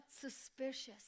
suspicious